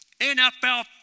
NFL